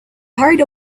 hurried